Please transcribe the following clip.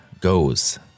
goes